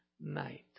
night